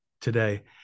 today